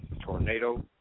Tornado